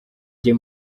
jye